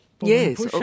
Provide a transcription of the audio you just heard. Yes